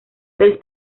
tres